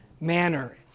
manner